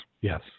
Yes